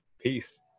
peace